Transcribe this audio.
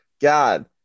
God